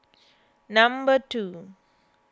number two